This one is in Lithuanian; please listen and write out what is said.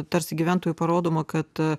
tarsi gyventojui parodoma kad